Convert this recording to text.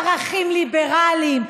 ערכים ליברליים,